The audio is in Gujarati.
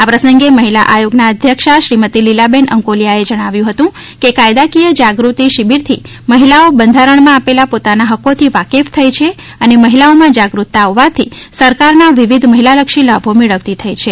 આ પ્રસંગે મહિલા આયોગના અધ્યક્ષશ્રી લીલાબેન અંકોલીયાએ જણાવ્યુ હતું કે કાયદાકીય જાગૃત શિબીરથી મહિલાઓ બંધારણમાં આપેલા પોતાના હકોથી વાકેફ થઈ છે અને મહિલાઓમાં જાગૃતતા આવવાથી સરકારના વિવિધ મહિલાલક્ષી લાભો મેળવતી થઈ છે